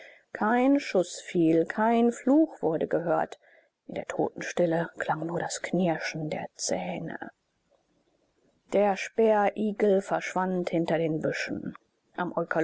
kein schuß fiel kein fluch wurde gehört in der totenstille klang nur das knirschen der zähne der speerigel verschwand hinter den büschen am